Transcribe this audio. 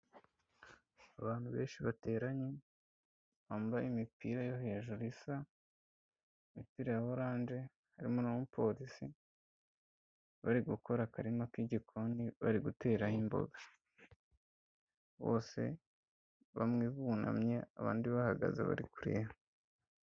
Abantu benshi bateranye, bambaye imipira yo hejuru isa, imipira ya oranje, harimo n'umupolisi, bari gukora akarima k'igikoni bari guteraho imboga bose, bamwe bunamye abandi bahagaze bari kureba.